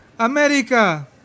America